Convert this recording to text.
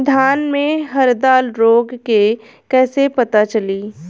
धान में हरदा रोग के कैसे पता चली?